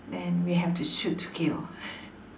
then we have to shoot to kill